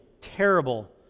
terrible